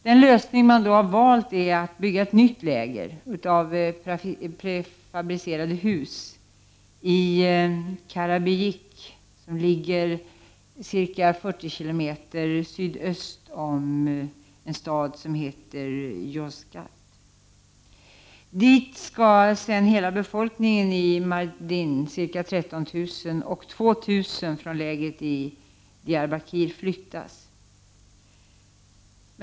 Den lösning man har valt är att bygga ett nytt läger av prefabricerade hus i Karabijik, som ligger 40 km sydöst om en stad som heter Yozgat. Dit skall sedan hela befolkningen i Mardin, ca 13 000, och 2 000 från lägret i Diyarbakir flyttas.